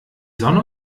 sonne